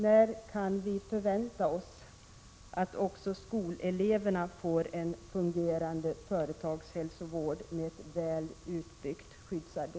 När kan vi förvänta oss att också skoleleverna får en fungerande ”företagshälsovård” med ett väl utbyggt skyddsarbete?